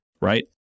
right